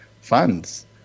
funds